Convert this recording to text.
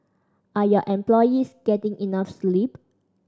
are your employees getting enough sleep